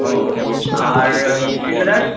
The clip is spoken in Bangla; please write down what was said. ও আর ওই শ্রীলেদার্স